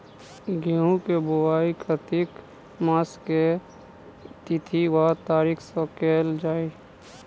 गेंहूँ केँ बोवाई कातिक मास केँ के तिथि वा तारीक सँ कैल जाए?